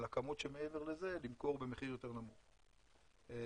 הכמות שמעבר לזה למכור במחיר יותר נמוך במכרז.